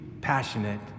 passionate